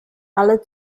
alle